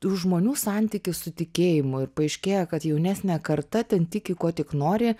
tų žmonių santykis su tikėjimu ir paaiškėja kad jaunesnė karta ten tiki kuo tik nori